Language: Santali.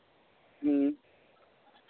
ᱦᱮᱸ